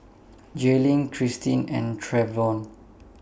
Jaylynn Kristin and Travon